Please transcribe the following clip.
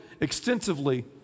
extensively